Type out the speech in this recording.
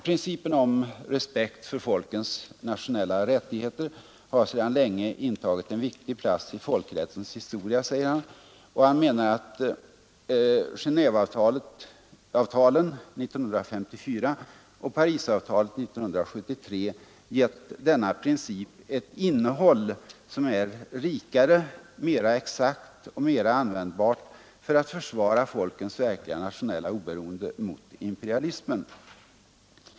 Principen om respekt för folkens nationella rättigheter har sedan länge intagit en viktig plats i folkrättens historia och han menar att Genåveavtalen 1954 och Parisavtalet 1973 givit denna princip ett innehåll som är rikare, mera exakt och mera användbart för att försvara folkens verkliga nationella oberoende mot imperialismen.